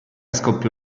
scoppiò